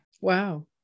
Wow